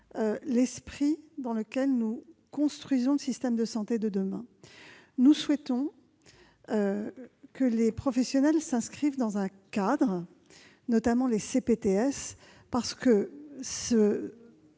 l'esprit dans lequel nous construisons le système de santé de demain. Nous souhaitons que les professionnels s'inscrivent dans un cadre donné, notamment les CPTS, qui